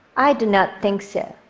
i do not think so,